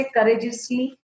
courageously